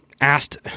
asked